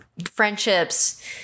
Friendships